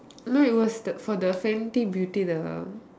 no it was the for the Fenty beauty the one